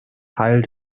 teil